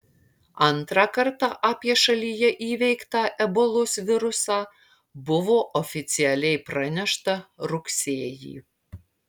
antrą kartą apie šalyje įveiktą ebolos virusą buvo oficialiai pranešta rugsėjį